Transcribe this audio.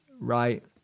right